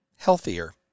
healthier